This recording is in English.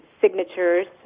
signatures